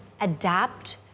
adapt